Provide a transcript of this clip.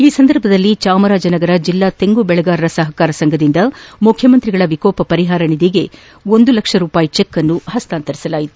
ಈ ಸಂದರ್ಭದಲ್ಲಿ ಚಾಮರಾಜನಗರ ಜಿಲ್ಲಾ ತೆಂಗು ಬೆಳೆಗಾರರ ಸಹಕಾರ ಸಂಘದಿಂದ ಮುಖ್ಯಮಂತ್ರಿಗಳ ವಿಕೋಪ ಪರಿಹಾರ ನಿಧಿಗೆ ನೀಡಿದ ಒಂದು ಲಕ್ಷ ರೂಪಾಯಿ ಚೆಕ್ ಅನ್ನು ಸಚಿವರು ಸ್ವೀಕರಿಸಿದರು